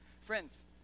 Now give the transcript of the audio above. Friends